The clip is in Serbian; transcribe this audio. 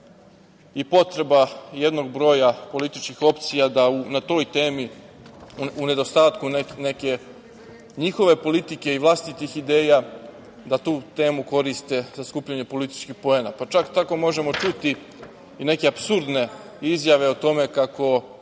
i potreba jednog broja političkih opcija da na toj temi, u nedostatku neke njihove politike i vlastitih ideja, da tu temu koriste za skupljanje političkih poena. Pa čak tako možemo čuti i neke apsurdne izjave o tome kako